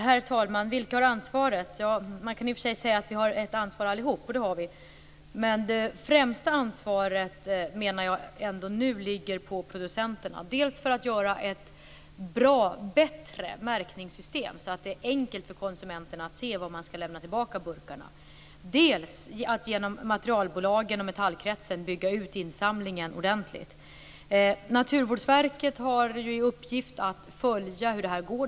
Herr talman! Vilka har ansvaret? Ja, man kan i och för sig säga att vi har ett ansvar allihop. Det har vi. Men det främsta ansvaret menar jag ändå ligger på producenterna, dels för att göra ett bättre märkningssystem, så att det blir enkelt för konsumenterna att se var man skall lämna tillbaka burkarna, dels att genom materialbolagen och Metallkretsen bygga ut insamlingen ordentligt. Naturvårdsverket har i uppgift att följa hur det här går.